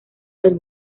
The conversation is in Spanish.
del